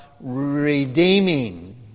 redeeming